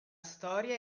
storia